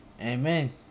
amen